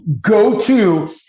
go-to